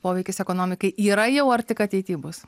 poveikis ekonomikai yra jau ar tik ateity bus